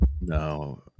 No